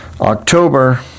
October